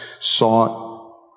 sought